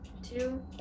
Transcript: Two